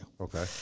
Okay